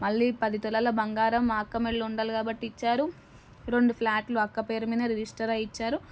మళ్ళీ పది తులాల బంగారం మా అక్క మెడలో ఉండాలి కాబట్టి ఇచ్చారు రెండు ఫ్లాట్లు అక్క పేరు మీదే రిజిస్టర్ అవి ఇచ్చారు